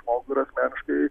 žmogų yra asmeniškai